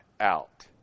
out